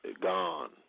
gone